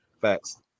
facts